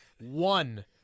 One